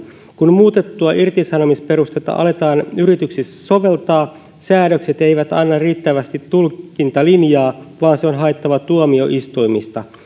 kun muutettua irtisanomisperustetta aletaan yrityksissä soveltaa säädökset eivät anna riittävästi tulkintalinjaa vaan se on haettava tuomioistuimista tämä